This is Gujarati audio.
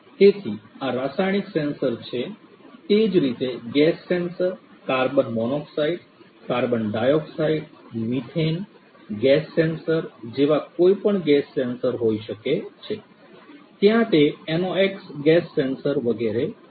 તેથી આ રાસાયણિક સેન્સર્સ છે તે જ રીતે gas sensor carbon monoxide carbon dioxide methane gas sensor જેવા કોઈપણ ગેસ સેન્સર હોઈ શકે છે ત્યાં તે NOx ગેસ સેન્સર વગેરે છે